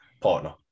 partner